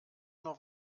noch